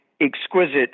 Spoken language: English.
exquisite